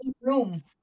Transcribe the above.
room